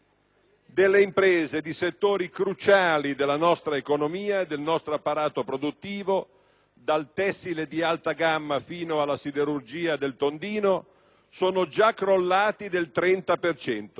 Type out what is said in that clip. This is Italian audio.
delle imprese di settori cruciali della nostra economia, del nostro apparato produttivo, dal tessile di alta gamma fino alla siderurgia del tondino, sono già crollati del 30